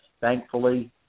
thankfully